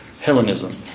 Hellenism